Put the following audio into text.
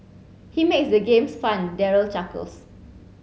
he makes the games fun Daryl chuckles